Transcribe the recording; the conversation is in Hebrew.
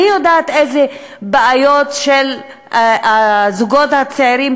אני יודעת איזה בעיות של זוגות צעירים,